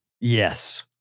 Yes